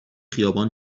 خیابان